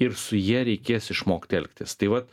ir su ja reikės išmokti elgtis tai vat